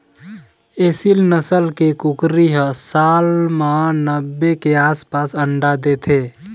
एसील नसल के कुकरी ह साल म नब्बे के आसपास अंडा देथे